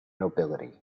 nobility